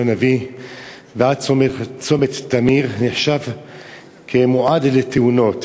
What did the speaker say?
הנביא ועד צומת תמיר נחשב מועד לתאונות,